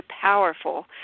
powerful